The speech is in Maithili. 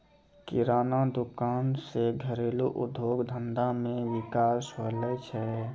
किराना दुकान से घरेलू उद्योग धंधा मे विकास होलो छै